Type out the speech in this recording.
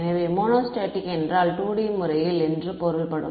எனவே மோனோஸ்டேடிக் என்றால் 2D முறையில் என்று பொருள்படும்